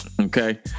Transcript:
Okay